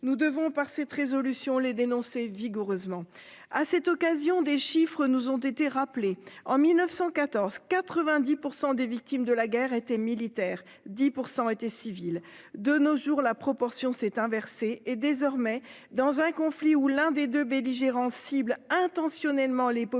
Nous devons par cette résolution, les dénoncer vigoureusement à cette occasion des chiffres nous ont été rappelés en 1914 90 % des victimes de la guerre était militaire 10% été civils de nos jours la proportion s'est inversée et désormais dans un conflit où l'un des deux belligérants ciblent intentionnellement les populations